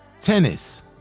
Tennis